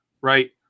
right